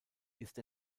ist